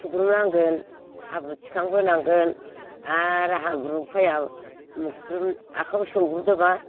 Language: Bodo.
थुग्रोमनांगोन हाब्रु थिखांबोनांगोन आरो हाब्रु आखायाव सौग्रुदोबा